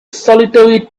solitary